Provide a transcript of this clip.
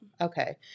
Okay